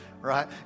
Right